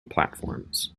platforms